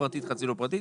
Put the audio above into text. פרטית חצי לא פרטית,